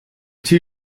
two